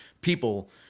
people